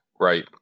right